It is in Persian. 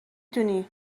دونی